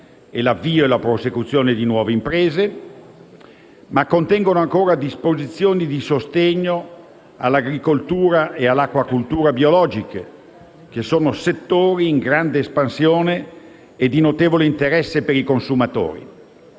e l'avvio e la prosecuzione di nuove imprese. Esso contiene ancora disposizioni di sostegno all'agricoltura e all'acquacoltura biologiche, settori in grande espansione e di notevole interesse per i consumatori.